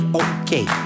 okay